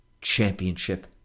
championship